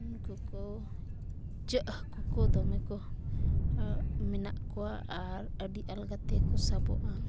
ᱩᱱᱠᱩ ᱠᱚ ᱤᱪᱟᱹᱜ ᱦᱟᱹᱠᱩ ᱠᱚ ᱫᱚᱢᱮ ᱠᱚ ᱢᱮᱱᱟᱜ ᱠᱚᱣᱟ ᱟᱨ ᱟᱹᱰᱤ ᱟᱞᱜᱟᱛᱮᱠᱚ ᱥᱟᱵᱚᱜᱼᱟ